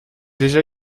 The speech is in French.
déjà